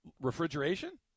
refrigeration